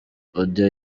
audio